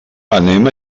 anem